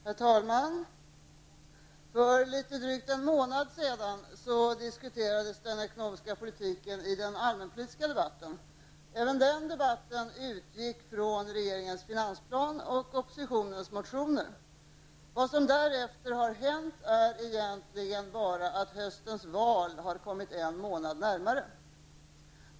Herr talman! För litet drygt en månad sedan diskuterades denekonomiska politiken i den allmänpolitiska debatten. Även den debatten utgick från regeringens finansplan och oppositionens motioner. Vad som därefter har hänt är egentligen bara att höstens val har kommit en månad närmare.